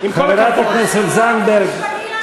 חברת הכנסת זנדברג,